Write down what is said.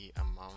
amount